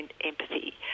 empathy